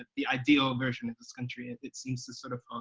the ideal version of this country? and it seems to, sort of,